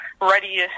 ready